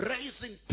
Raising